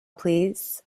please